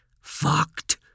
fucked